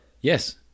Yes